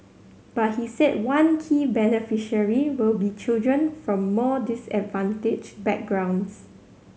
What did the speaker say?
but he said one key beneficiary will be children from more disadvantaged backgrounds